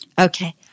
Okay